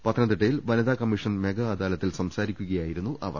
പത്തനംതിട്ടയിൽ വനിതാ commission mega അദാലത്തിൽ സംസാരിക്കുകയായിരുന്നു അവർ